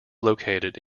located